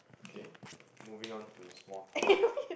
okay moving on to small talk